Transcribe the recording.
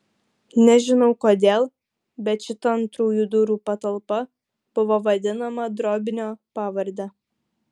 nežinau kodėl bet šita antrųjų durų patalpa buvo vadinama drobnio pavarde